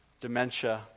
dementia